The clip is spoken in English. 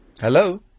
Hello